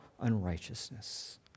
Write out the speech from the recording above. unrighteousness